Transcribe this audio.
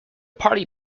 party